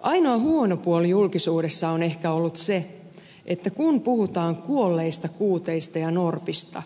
ainoa huono puoli julkisuudessa on ehkä ollut se että kun puhutaan kuolleista kuuteista ja norpista